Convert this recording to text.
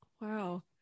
Wow